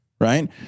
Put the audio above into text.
Right